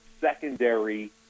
secondary